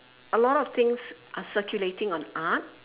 a lot of things are circulating on art